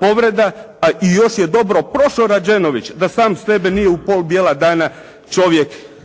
povreda, pa i još je dobro prošao Rađenović da sam sebe nije u pol bijela dana čovjek,